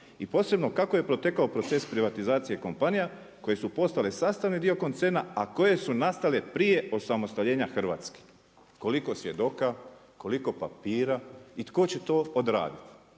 i posebno kako je protekao proces privatizacije kompanija koje su postale sastavni dio koncerna, koje su nastale prije osamostaljenja Hrvatske. Koliko svjedoka, koliko papira i tko će to odraditi,